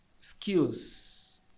skills